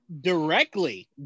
Directly